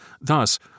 Thus